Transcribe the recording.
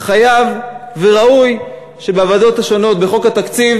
חייב וראוי שבוועדות השונות בחוק התקציב